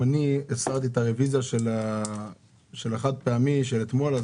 אם אני הסרתי את הרוויזיה של החד פעמי של אתמול,